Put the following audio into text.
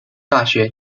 大学